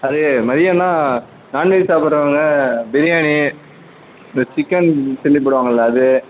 அது மதியன்னா நான்வெஜ் சாப்பிட்றவங்க பிரியாணி இந்த சிக்கன் சில்லி போடுவாங்கள்ல அது